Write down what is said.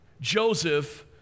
Joseph